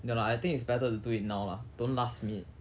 ya lah I think it's better to do it now lah don't last minute